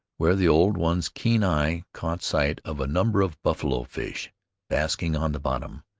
where the old one's keen eye caught sight of a number of buffalo-fish basking on the bottom.